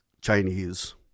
chinese